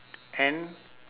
and